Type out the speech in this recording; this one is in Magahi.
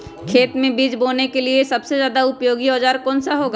खेत मै बीज बोने के लिए सबसे ज्यादा उपयोगी औजार कौन सा होगा?